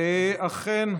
אכן,